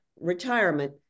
retirement